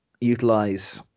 utilize